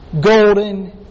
golden